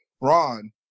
Ron